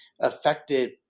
affected